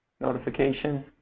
notification